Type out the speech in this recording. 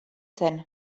zen